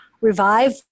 revive